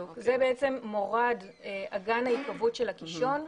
זה בעצם מורד אגן ההיקוות של הקישון.